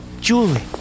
Julie